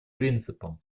принципам